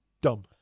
dumb